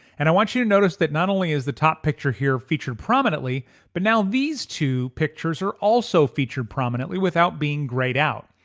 and i want you to notice that not only is the top picture here featured prominently but now these two pictures are also featured prominently without being grayed out.